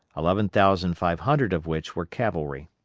eleven thousand five hundred of which were cavalry.